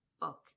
book